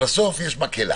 בסוף יש מקהלה.